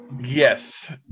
Yes